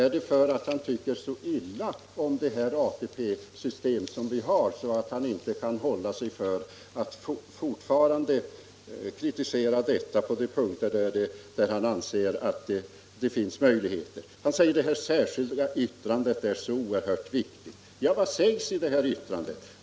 Är det därför att han tycker så illa om det ATP-system som vi har, att han inte kan avhålla sig från att fortsätta att kritisera det på de punkter där han anser det finns några möjligheter att göra det? Han säger också att det här särskilda yttrandet är så oerhört viktigt. Ja, men vad sägs då i det?